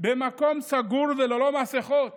במקום סגור וללא מסכות